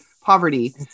poverty